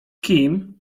kim